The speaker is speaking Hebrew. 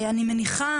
אני מניחה,